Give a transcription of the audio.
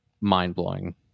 mind-blowing